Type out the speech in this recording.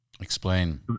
Explain